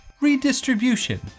redistribution